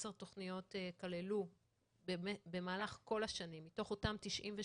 10 תכניות כללו במהלך כל השנים, מתוך אותן 92